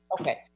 Okay